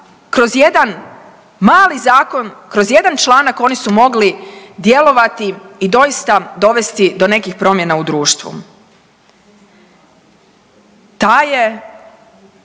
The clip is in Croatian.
kroz jedan mali zakon, kroz jedan članak oni su mogli djelovati i doista dovesti do nekih promjena u društvu. Taj je